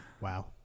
Wow